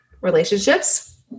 relationships